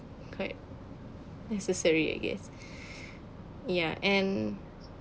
quite necessary I guess ya and